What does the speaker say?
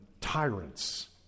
tyrants